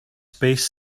space